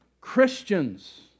christians